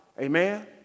Amen